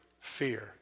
fear